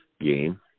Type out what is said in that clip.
game